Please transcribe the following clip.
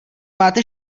máte